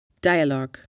Dialogue